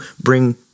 bring